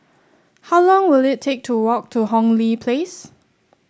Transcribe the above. how long will it take to walk to Hong Lee Place